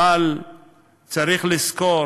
אבל צריך רק לזכור